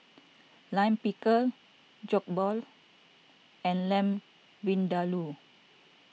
Lime Pickle Jokbal and Lamb Vindaloo